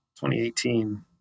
2018